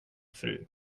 fru